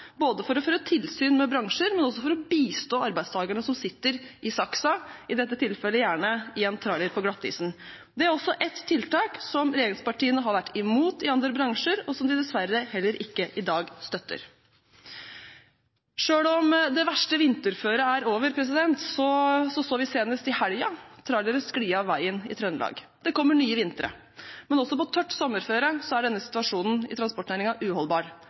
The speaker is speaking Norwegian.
for å føre tilsyn med bransjer, men også for å bistå arbeidstakerne som sitter i saksa, i dette tilfellet gjerne i en trailer på glattisen. Det er også et tiltak som regjeringspartiene har vært mot i andre bransjer, og som de dessverre heller ikke i dag støtter. Selv om det verste vinterføret er over, så vi senest i helgen trailere skli av veien i Trøndelag. Det kommer nye vintre. Men også på tørt sommerføre er denne situasjonen i transportnæringen uholdbar